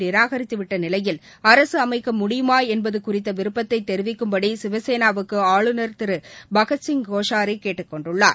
நிராகரித்தவிடட நிலையில் அரசு அமைக்க முடியுமா என்பது குறித்த விருப்பத்தை தெரிவிக்கும்படி சிவசேனாவை ஆளுநர் திரு பகத்சிங் கோஷியாரி கேட்டுக் கொண்டுள்ளார்